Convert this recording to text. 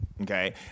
okay